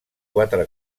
quatre